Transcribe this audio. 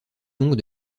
donc